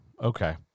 Okay